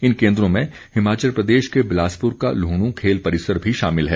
इन केन्द्रों में हिमाचल प्रदेश के बिलासपुर का लुहणू खेल परिसर भी शामिल है